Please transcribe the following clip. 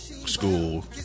school